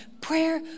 prayer